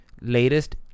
Latest